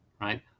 right